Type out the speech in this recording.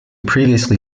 previously